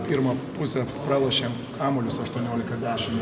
pirmą pusę pralošėm kamuolius aštuoniolika dešim